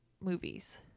movies